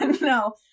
no